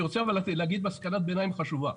אני רוצה להגיד מסקנת ביניים חשובה.